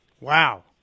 Wow